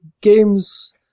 Games